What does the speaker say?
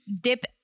dip